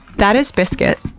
that is biscuit,